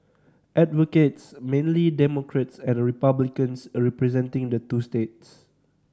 advocates mainly Democrats and Republicans representing the two states